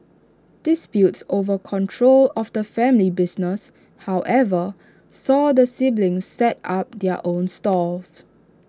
disputes over control of the family business however saw the siblings set up their own stalls